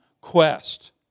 quest